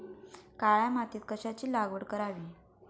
काळ्या मातीत कशाची लागवड करावी?